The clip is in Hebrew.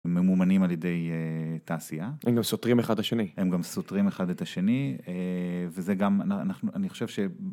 ממומנים על ידי תעשייה. הם גם סותרים אחד את השני. הם גם סותרים אחד את השני, וזה גם, אני חושב ש...